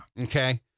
Okay